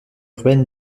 urbaine